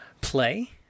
play